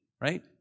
right